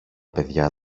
παιδιά